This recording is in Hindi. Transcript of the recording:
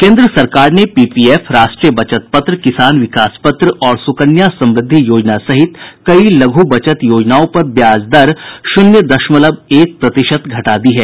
केन्द्र सरकार ने पीपीएफ राष्ट्रीय बचत पत्र किसान विकास पत्र और सुकन्या समृद्धि योजना सहित कई लघु बचत योजनाओं पर ब्याज दर शून्य दशमलव एक प्रतिशत घटा दी है